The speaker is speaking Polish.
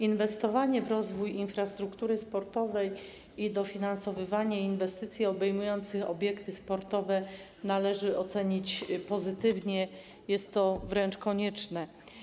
Inwestowanie w rozwój infrastruktury sportowej i dofinansowywanie inwestycji obejmujących obiekty sportowe należy ocenić pozytywnie, jest to wręcz konieczne.